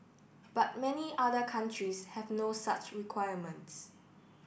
but many other countries have no such requirements